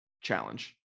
challenge